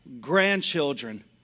grandchildren